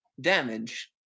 Damage